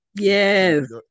yes